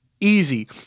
easy